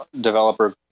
developer